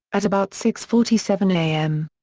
at about six forty seven a m.